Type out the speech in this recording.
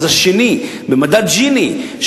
אז בשני במדד ג'יני,